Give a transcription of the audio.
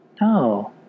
No